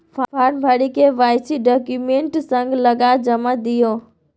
farm भरि KYC document संग लगा जमा दियौ